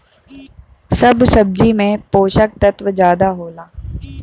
सब सब्जी में पोसक तत्व जादा होला